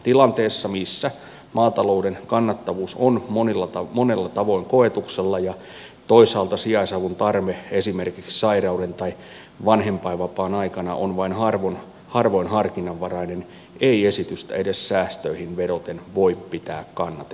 tilanteessa missä maatalouden kannattavuus on monella tavoin koetuksella ja toisaalta sijaisavun tarve esimerkiksi sairauden tai vanhempainvapaan aikana on vain harvoin harkinnanvarainen ei esitystä edes säästöihin vedoten voi pitää kannatettavana